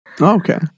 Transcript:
Okay